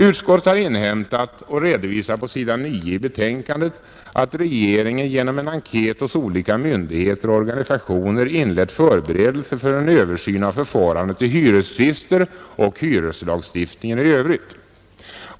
Utskottet har inhämtat och redovisar på s. 9 i betänkandet att regeringen genom en enkät hos olika myndigheter och organisationer inlett förberedelser för en översyn av förfarandet i hyrestvister och hyreslagstiftningen i övrigt.